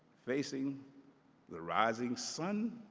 facing the rising sun